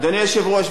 אדוני היושב-ראש,